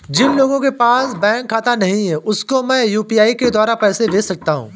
जिन लोगों के पास बैंक खाता नहीं है उसको मैं यू.पी.आई के द्वारा पैसे भेज सकता हूं?